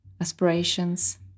aspirations